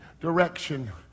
direction